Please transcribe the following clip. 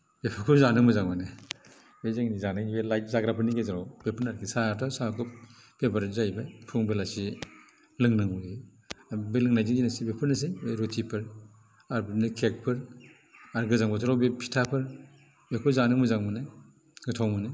बेफोरखौ जानो मोजां मोनो बे जोंनि जानायनि बे लाइट जाग्राफोरनि गेजेराव बेफोरनो आरोखि साहाथ' साहा खुब फेभराइट जाहैबाय फुं बेलासि लोंनांगौ जायो बे लोंनायनि जिनिस बेफोरनोसै बे रुटिफोर आरो बिदिनो केकफोर आरो गोजां बोथोराव बे फिथाफोर बेखौ जानो मोजां मोनो गोथाव मोनो